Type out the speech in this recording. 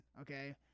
okay